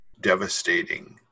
devastating